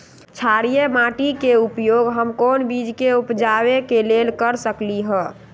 क्षारिये माटी के उपयोग हम कोन बीज के उपजाबे के लेल कर सकली ह?